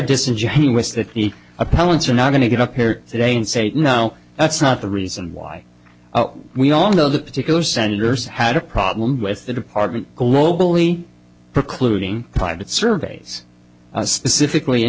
disingenuous that appellant's are not going to get up here today and say now that's not the reason why we all know that particular senators had a problem with the department globally precluding private surveys specifically